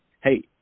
hey